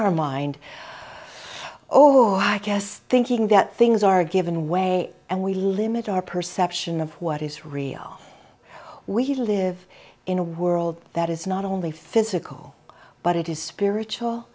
our mind oh i guess thinking that things are given way and we limit our perception of what is real we live in a world that is not only physical but it is spiritual